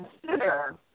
consider